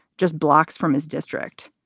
just blocks from his district,